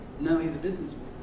now he's a businessman.